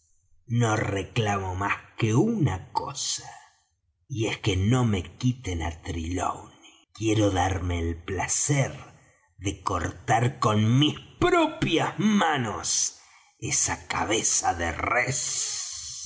no reclamo más que una cosa y es que no me quiten á trelawney quiero darme el placer de cortar con mis propias manos esa cabeza de res